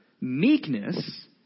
meekness